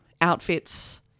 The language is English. outfits